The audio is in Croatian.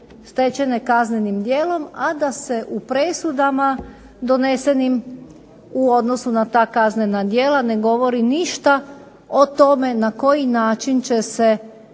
stečene kaznenim djelom, a da se u presudama donesenim u odnosu na ta kaznena djela ne govori ništa o tome na koji način će se